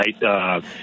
right